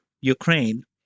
Ukraine